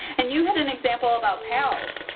and you had an example about pals